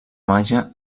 màgia